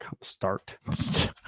start